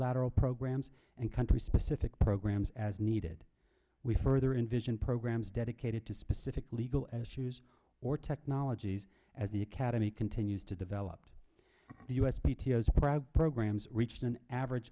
lateral programmes and country specific programs as needed we further invasion programmes dedicated to specific legal as shoes or technologies as the academy continues to develop the u s p t o s programs reached an average